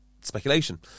speculation